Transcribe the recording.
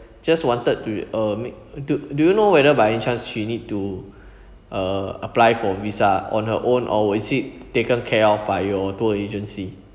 just wanted to uh ma~ do do you know whether by any chance she need to uh apply for visa on her own or is it taken care of by your tour agency